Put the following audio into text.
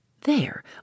There